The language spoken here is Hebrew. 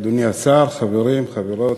אדוני השר, חברים, חברות,